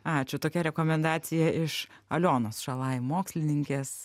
ačiū tokia rekomendacija iš alionos šalaj mokslininkės